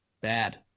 bad